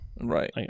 Right